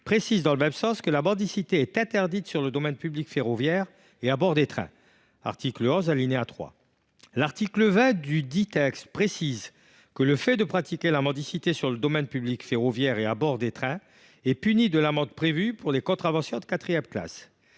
précise dans le même sens que « la mendicité est interdite sur le domaine public ferroviaire et à bord des trains »– article 11, alinéa 3. L’article 20 dudit texte précisait que le fait de pratiquer la mendicité sur le domaine public ferroviaire et à bord des trains est puni de l’amende prévue pour les contraventions de la